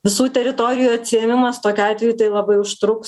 visų teritorijų atsiėmimas tokiu atveju tai labai užtruks